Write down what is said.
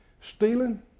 stealing